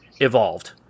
evolved